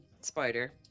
spider